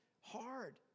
hard